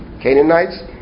Canaanites